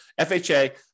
FHA